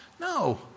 No